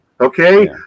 okay